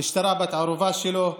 המשטרה בת ערובה שלו,